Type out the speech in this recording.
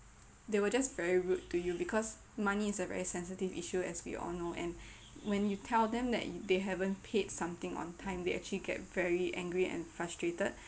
they were just very rude to you because money is a very sensitive issue as we all know and when you tell them that you they haven't paid something on time they actually get very angry and frustrated